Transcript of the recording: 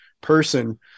person